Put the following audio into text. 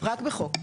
רק בחוק.